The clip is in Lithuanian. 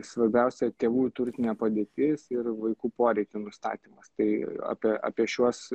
svarbiausia tėvų turtinė padėtis ir vaikų poreikių nustatymas tai apie apie šiuos